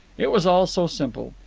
it was all so simple.